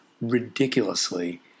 ridiculously